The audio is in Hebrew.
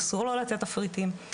אסור לו לתת תפריטים,